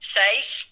safe